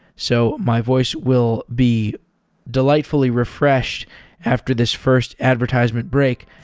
so my voice will be delightfully refreshed after this first advertisement break.